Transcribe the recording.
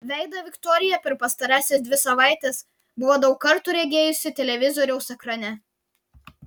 veidą viktorija per pastarąsias dvi savaites buvo daug kartų regėjusi televizoriaus ekrane